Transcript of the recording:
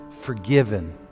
Forgiven